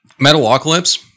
Metalocalypse